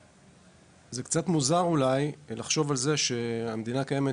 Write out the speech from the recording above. אולי קצת מוזר לחשוב על זה שהמדינה קיימת